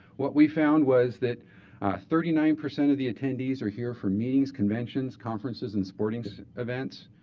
what we found was that thirty nine percent of the attendees are here for meetings, conventions, conferences, and sporting events.